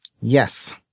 Yes